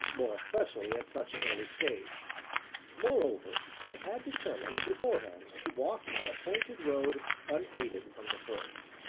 more especially at such an early stage moreover, i had determined, beforehand, to walk my appointed road unaided from the first.